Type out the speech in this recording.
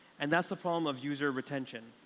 and that's the problem of user retention.